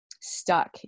stuck